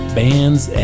bands